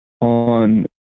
on